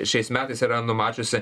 šiais metais yra numačiusi